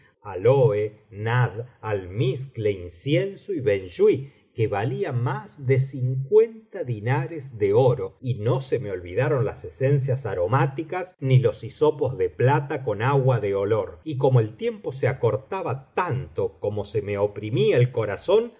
ámbar gris áloe nadd almizcle incienso y benjuí que valía más de cincuenta diñares de oro y no se me olvidaron las esencias aromáticas ni los hisopos de plata con agua de olor y como el tiempo se acortaba tanto como se me oprimía el corazón